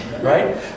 right